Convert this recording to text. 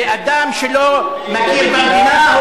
זה אדם שלא מכיר במדינה,